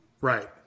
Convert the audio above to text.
Right